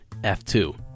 F2